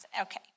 Okay